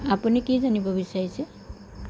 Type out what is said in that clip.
আপুনি কি জানিব বিচাৰিছে